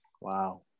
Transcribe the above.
Wow